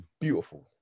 beautiful